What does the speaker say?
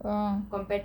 ah